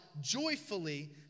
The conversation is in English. joyfully